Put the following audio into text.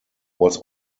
was